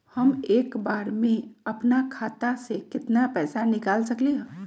हम एक बार में अपना खाता से केतना पैसा निकाल सकली ह?